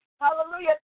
Hallelujah